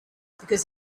because